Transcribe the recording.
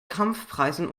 kampfpreisen